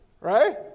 right